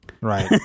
Right